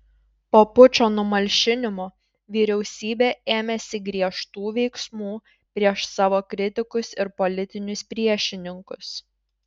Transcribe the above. po pučo numalšinimo vyriausybė ėmėsi griežtų veiksmų prieš savo kritikus ir politinius priešininkus